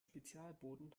spezialboden